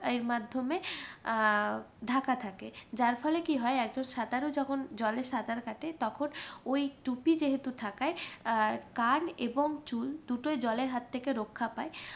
এর মাধ্যমে ঢাকা থাকে যার ফলে কী হয় একজন সাঁতারু যখন জলে সাঁতার কাটে তখন ওই টুপি যেহেতু থাকায় কান এবং চুল দুটোই জলের হাত থেকে রক্ষা পায়